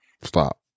stop